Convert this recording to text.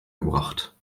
gebracht